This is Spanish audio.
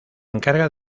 encarga